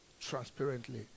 transparently